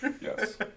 Yes